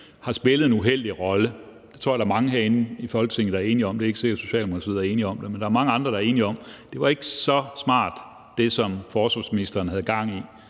har spillet en uheldig rolle. Det tror jeg der er mange herinde i Folketinget der er enige om. Det er ikke sikkert, Socialdemokratiet er enige i det, men der er mange andre, der er enige om, at det, som forsvarsministeren havde gang i